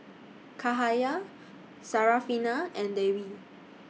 Cahaya Syarafina and Dewi